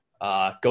Go